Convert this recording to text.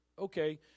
Okay